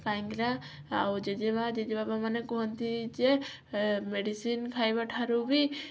କାହିଁକି ନା ଆଉ ଜେଜେମାଁ ଜେଜେବାପା ମାନେ କୁହନ୍ତି ଯେ ମେଡ଼ିସିନ ଖାଇବା ଠାରୁ ବି